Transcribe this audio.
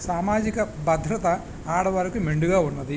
సామాజిక భద్రత ఆడవారికి మెండుగా ఉన్నది